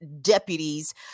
deputies